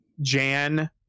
jan